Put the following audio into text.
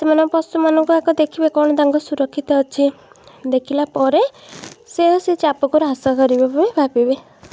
ସେମାନଙ୍କ ପଶୁମାନଙ୍କୁ ଆଗ ଦେଖିବେ କ'ଣ ତାଙ୍କ ସୁରକ୍ଷିତ ଅଛି ଦେଖିଲାପରେ ସେ ସେ ଚାପକୁ ହ୍ରାସ କରିବାପାଇଁ ଭାବିବେ